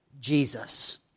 Jesus